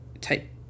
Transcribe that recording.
type